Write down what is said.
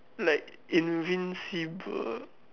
like invisible